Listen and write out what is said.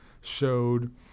showed